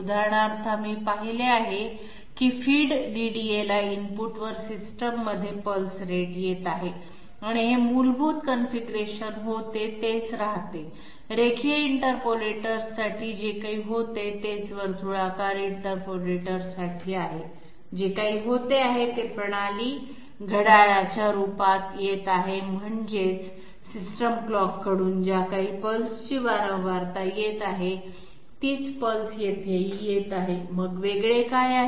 उदाहरणार्थ आपण पाहिले आहे की फीड DDAला इनपुटवर सिस्टममध्ये पल्स रेट येत आहे आणि हे मूलभूत कॉन्फिगरेशन होते तेच राहते लिनिअर इंटरपोलेटरसाठी जे काही होते तेच वर्तुळाकार इंटरपोलेटरसाठी आहे जे काही होते आहे ते प्रणाली घड्याळाच्या रूपात येत आहे म्हणजे सिस्टम क्लॉक कडून ज्या काही पल्स ची फिक्वेन्सी येत आहे तीच पल्स येथेही येत आहेत मग वेगळे काय आहे